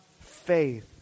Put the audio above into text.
faith